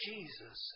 Jesus